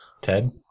Ted